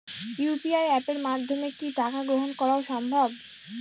UPI অ্যাপের মাধ্যমে কি টাকা গ্রহণ করাও সম্ভব?